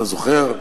אתה זוכר,